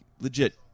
legit